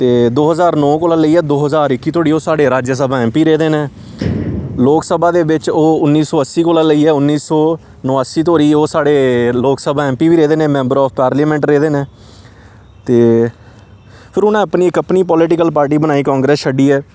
ते दो ज्हार नौ कोला लेइयै दो ज्हार इक्की धोड़ी ओह् साढ़े राज्यसभा एमपी रेह्दे न लोक सभा दे बिच ओह् उन्नी सौ अस्सी कोला लेइयै उन्नी सौ नवासी धोड़ी ओह् साढ़े लोक सभा एमपी बी रेह्दे न मैम्बर आफ पार्लियमेंट रेह्दे न ते फिर उनें अपनी इक अपनी पोलिटिकल पार्टी बनाई कांग्रेस छड्डियै